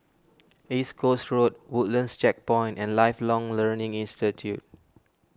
East Coast Road Woodlands Checkpoint and Lifelong Learning Institute